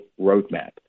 roadmap